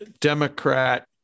Democrat